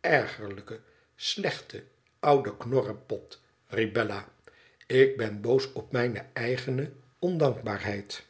ergerlijke slechte oude knorrepot riep bella ik ben boos op mijne eigene ondankbaarheid